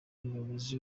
umuyobozi